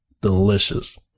Delicious